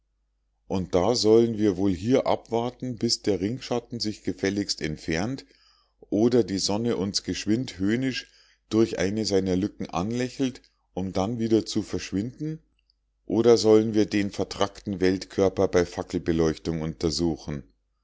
und da sollen wir wohl hier abwarten bis der ringschatten sich gefälligst entfernt oder die sonne uns geschwind höhnisch durch eine seiner lücken anlächelt um dann wieder zu verschwinden oder sollen wir den vertrackten weltkörper bei fackelbeleuchtung untersuchen